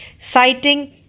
citing